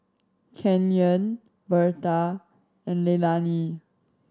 Kenyon Berta and Leilani